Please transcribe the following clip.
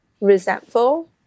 resentful